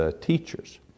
teachers